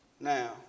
Now